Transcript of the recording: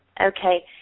Okay